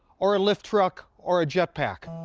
or a lift truck or a jetpack.